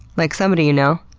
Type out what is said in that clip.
like somebody you know.